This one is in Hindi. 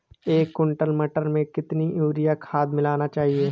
एक कुंटल मटर में कितना यूरिया खाद मिलाना चाहिए?